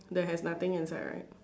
that has nothing inside right